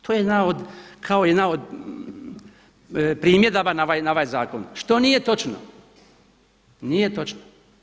To je kao jedna od primjedaba na ovaj zakon, što nije točno, nije točno.